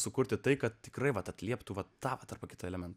sukurti tai kad tikrai vat atlieptų vat tą tarp kitų elementų